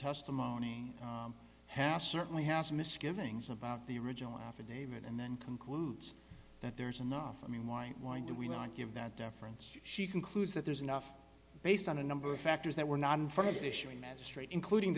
testimony has certainly has misgivings about the original affidavit and then concludes that there is enough i mean why why do we not give that deference she concludes that there's enough based on a number of factors that were not in